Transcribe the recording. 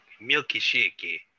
milky-shaky